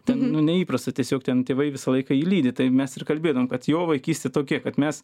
ten nu neįprasta tiesiog ten tėvai visą laiką jį lydi tai mes ir kalbėdavom kad jo vaikystė tokia kad mes